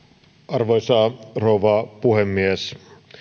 arvoisa rouva puhemies meillä